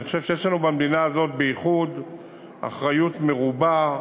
אני חושב שבמדינה הזאת יש לנו אחריות מרובה,